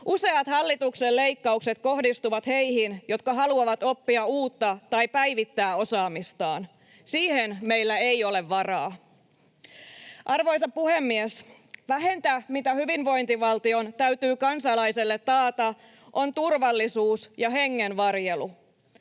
Useat hallituksen leikkaukset kohdistuvat heihin, jotka haluavat oppia uutta tai päivittää osaamistaan. Siihen meillä ei ole varaa. Arvoisa puhemies! Vähintä, mitä hyvinvointivaltion täytyy kansalaiselle taata, on turvallisuus ja hengen varjelu.